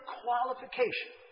qualification